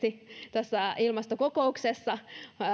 tässä ilmastokokouksessa